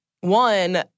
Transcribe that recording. one